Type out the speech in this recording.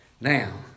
now